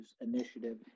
initiative